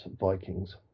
vikings